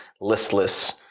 listless